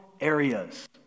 areas